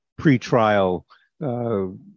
pretrial